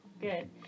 Good